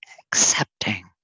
accepting